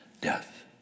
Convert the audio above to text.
death